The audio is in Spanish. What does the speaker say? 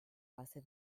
base